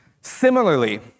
Similarly